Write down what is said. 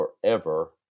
forever